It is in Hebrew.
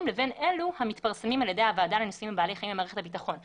לבין אלה המתפרסמים על ידי הוועדה לניסויים בבעלי חיים במערכת הביטחון.